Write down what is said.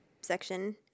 section